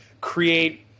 create